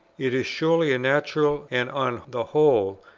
it is surely a natural and on the whole,